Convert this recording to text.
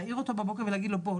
להעיר אותו בבוקר ולהגיד לו בוא,